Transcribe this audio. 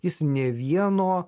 jis nė vieno